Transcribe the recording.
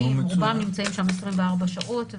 רובם נמצאים שם 24 שעות.